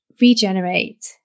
regenerate